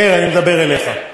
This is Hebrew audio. מאיר, אני מדבר אליך,